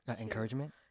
Encouragement